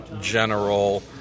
General